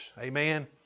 Amen